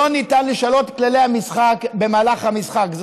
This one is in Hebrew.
לא ניתן לשנות את כללי המשחק במהלך המשחק.